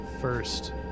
first